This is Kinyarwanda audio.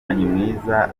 mwiza